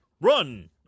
run